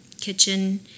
kitchen